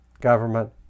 government